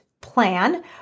plan